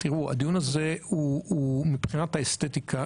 הדיון הזה מבחינת האסתטיקה,